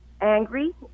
Angry